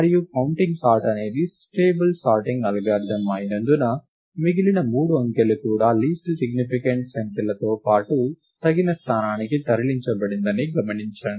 మరియు counting sort అనేది stable sorting algorithm అయినందున మిగిలిన రెండు అంకెలు కూడా లీస్ట్ సిగ్నిఫికెంట్ అంకెలతో పాటు తగిన స్థానానికి తరలించబడిందని గమనించండి